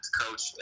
coach